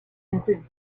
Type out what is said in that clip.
included